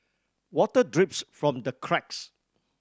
water drips from the cracks